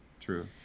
true